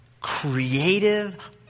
creative